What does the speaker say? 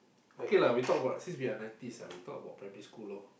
okay lah we talk about since we are ninety we talk about primary school lor